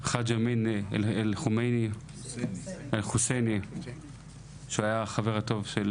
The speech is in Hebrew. חאג' אמין אל חוסייני שהוא היה חברו הטוב של,